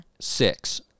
six